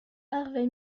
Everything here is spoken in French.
harvey